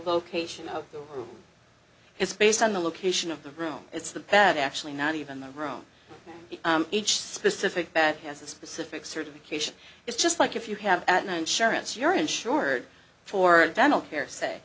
the it's based on the location of the room it's the bad actually not even the room each specific bat has a specific certification it's just like if you have no insurance you're insured for dental care